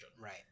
Right